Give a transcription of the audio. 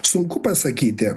sunku pasakyti